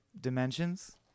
dimensions